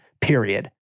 period